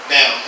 Now